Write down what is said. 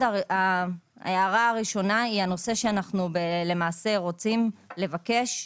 ההערה הראשונה היא הנושא שאנו רוצים לבקש,